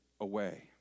away